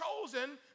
chosen